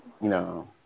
No